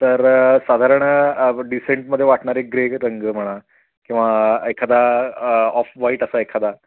तर साधारण डिसेंटमध्ये वाटणार एक ग्रे रंग म्हणा किंवा एखादा ऑफ व्हाईट असा एखादा